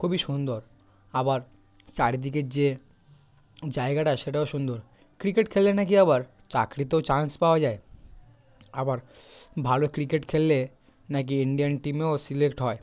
খুবই সুন্দর আবার চারিদিকের যে জায়গাটা সেটাও সুন্দর ক্রিকেট খেললে নাকি আবার চাকরিতেও চান্স পাওয়া যায় আবার ভালো ক্রিকেট খেললে নাকি ইন্ডিয়ান টিমেও সিলেক্ট হয়